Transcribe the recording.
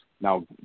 now